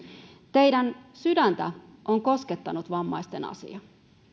teidän sydäntänne on koskettanut vammaisten asia